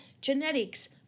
genetics